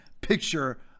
picture